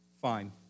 fine